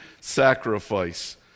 sacrifice